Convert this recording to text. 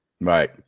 Right